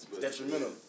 detrimental